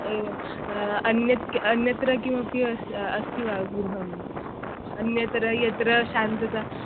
एव अन्यक् अन्यत्र किमपि अस् अस्ति वा गृहम् अन्यत्र यत्र शान्तता